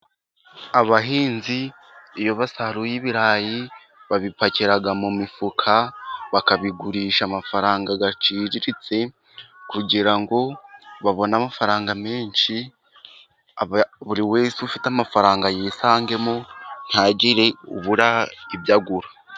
Abahinzi iyo basaruye ibirayi babipakira mu mifuka, bakabigurisha amafaranga aciriritse kugira ngo babone amafaranga menshi, buri wese ufite amafaranga yisangemo ntagire ubura ibyo agura.